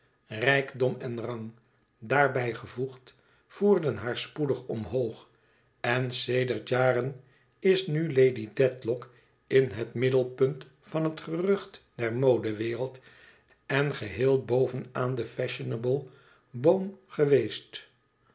en rang daarbij gevoegd voerden haar spoedig omhoog en sedert jaren is nu lady dedlock in het middelpunt van het gerucht der modewereld en geheel boven aan den fashionablen boom geweest